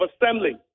Assembly